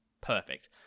perfect